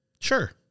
Sure